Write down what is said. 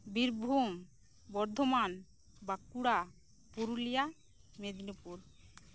Birbhum Bardhaman Bankura Purulia Medinipur